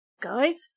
guys